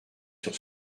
sur